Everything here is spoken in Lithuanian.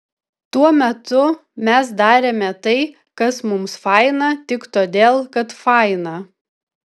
tuo metu mes darėme tai kas mums faina tik todėl kad faina